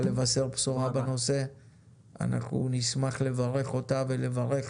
לבשר בשורה בנושא אנחנו נשמח לברך אותה ולברך